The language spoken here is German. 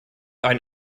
ein